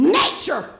nature